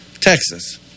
Texas